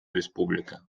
республика